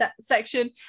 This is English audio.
section